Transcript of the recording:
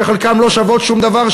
שחלקן לא שוות שום דבר,